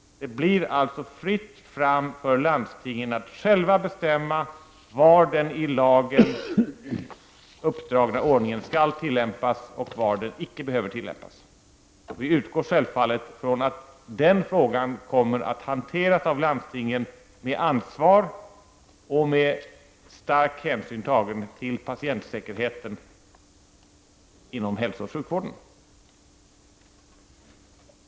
Det blir alltså fritt fram för landstingen att själva bestämma var den i lagen uppdragna ordningen skall tillämpas och var den icke behöver tillämpas. Vi utgår självfallet från att den frågan kommer att hanteras av landstingen med ansvar och med stark hänsyn tagen till patientsäkerheten inom hälsooch sjukvården.